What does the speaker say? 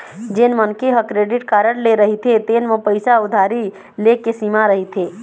जेन मनखे ह क्रेडिट कारड ले रहिथे तेन म पइसा उधारी ले के सीमा रहिथे